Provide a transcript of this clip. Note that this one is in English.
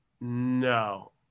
No